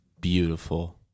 Beautiful